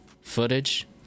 footage